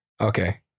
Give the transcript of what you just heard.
Okay